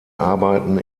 arbeiten